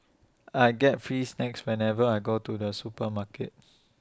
I get free snacks whenever I go to the supermarket